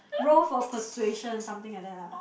roll for persuasion something like that lah